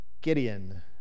Gideon